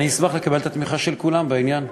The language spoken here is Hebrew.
אני אשמח לקבל את התמיכה של כולם בעניין.